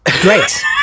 great